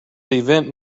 event